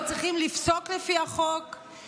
לא צריכים לפסוק לפי החוק,